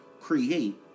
create